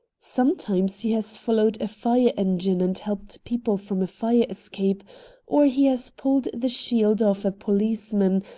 sometimes he has followed a fire-engine and helped people from a fire-escape, or he has pulled the shield off a policeman,